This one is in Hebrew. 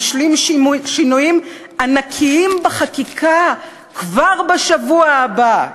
נשלים שינויים ענקיים בחקיקה כבר בשבוע הבא,